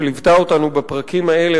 שליוותה אותנו בפרקים האלה,